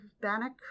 bannock